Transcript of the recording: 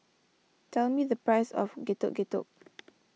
tell me the price of Getuk Getuk